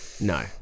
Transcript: no